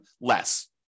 less